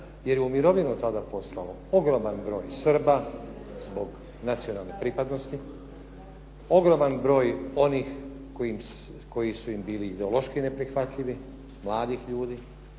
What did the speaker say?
jer je u mirovinu tada poslao ogroman broj Srba, zbog nacionalne pripadnosti, ogroman broj onih koji su im bili ideološki neprihvatljivi, mladih ljudi,